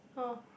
oh